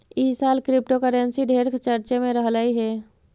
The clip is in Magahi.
ई साल क्रिप्टोकरेंसी ढेर चर्चे में रहलई हे